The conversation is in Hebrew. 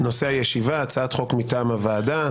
נושא הישיבה: הצעת חוק מטעם הוועדה